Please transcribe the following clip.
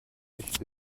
nicht